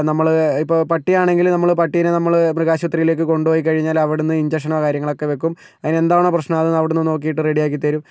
നമ്മൾ ഇപ്പം പട്ടിയാണെങ്കിൽ നമ്മൾ പട്ടീനെ നമ്മൾ മൃഗശുപത്രിയിലേക്ക് കൊണ്ടുപോയി കഴിഞ്ഞാൽ അവിടെ നിന്ന് ഇഞ്ചക്ഷനോ കാര്യങ്ങളൊക്കെ വെക്കും അതിനെന്താണോ പ്രശ്നം അവിടെ നിന്ന് നോക്കിയിട്ട് റെഡിയാക്കി തരും